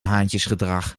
haantjesgedrag